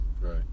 Right